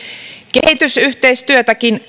kehitysyhteistyössäkin